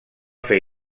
fer